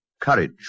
courage